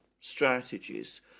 strategies